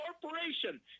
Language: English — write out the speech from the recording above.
corporation